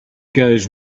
goes